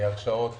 הרשאות